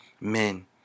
Men